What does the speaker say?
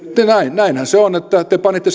näinhän se on että te te panitte